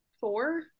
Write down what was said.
four